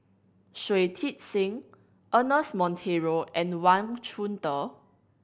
Shui Tit Sing Ernest Monteiro and Wang Chunde